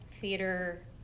theater